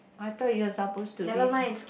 I thought you're supposed to read